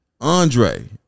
Andre